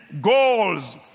goals